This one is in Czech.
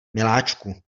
miláčku